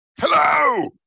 Hello